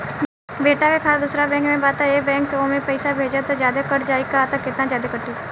बेटा के खाता दोसर बैंक में बा त ए बैंक से ओमे पैसा भेजम त जादे कट जायी का त केतना जादे कटी?